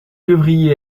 devriez